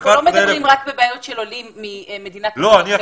אנחנו לא מטפלים רק בבעיות של עולים מחבר העמים.